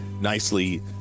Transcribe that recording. nicely